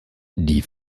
die